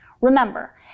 Remember